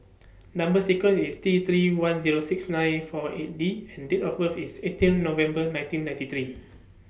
Number sequence IS T three one Zero six nine four eight D and Date of birth IS eighteen November nineteen ninety three